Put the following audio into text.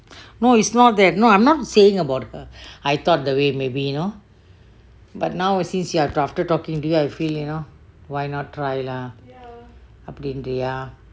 no it's not that no I'm not saying about her I thought the way maybe you know but now ah since after talking to you I feel you know why not try lah அப்படிங்கறயா:apdingaraya